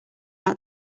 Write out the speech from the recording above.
out